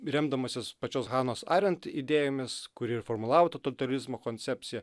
remdamasis pačios hanos ariant idėjomis kuri ir formulavo totalitarizmo koncepciją